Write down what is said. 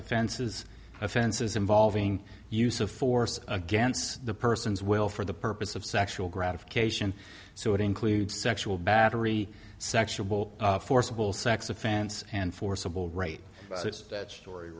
offenses offenses involving use of force against the person's will for the purpose of sexual gratification so it includes sexual battery sexual forcible sex offense and forcible rape that story